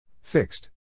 Fixed